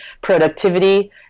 productivity